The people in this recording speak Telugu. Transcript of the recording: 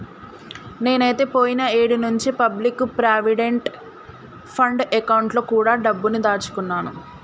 నేనైతే పోయిన ఏడు నుంచే పబ్లిక్ ప్రావిడెంట్ ఫండ్ అకౌంట్ లో కూడా డబ్బుని దాచుకున్నాను